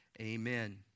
amen